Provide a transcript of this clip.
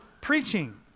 preaching